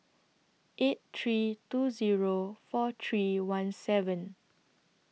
eight three two Zero four three one seven